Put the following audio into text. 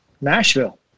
Nashville